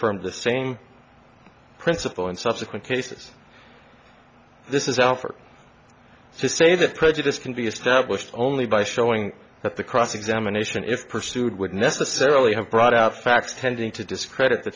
d the same principle in subsequent cases this is alford to say that prejudice can be established only by showing that the cross examination if pursued would necessarily have brought out facts tending to discredit the